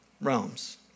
realms